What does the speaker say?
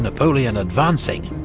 napoleon advancing,